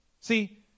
See